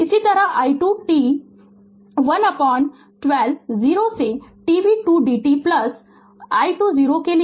Refer Slide Time 3232 इसी तरह i 2 t 1बारह 0 से t v 2 dt plus i 2 0 के लिए